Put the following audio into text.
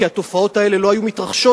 כי התופעות האלה לא היו מתרחשות,